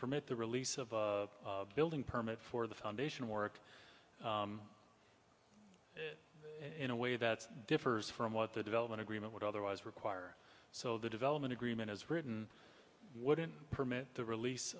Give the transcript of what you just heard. permit the release of a building permit for the foundation work in a way that differs from what the development agreement would otherwise require so the development agreement as written wouldn't permit the release